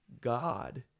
God